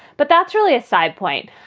but that's really a side point.